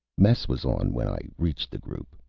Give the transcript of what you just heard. mess was on when i reached the group.